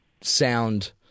sound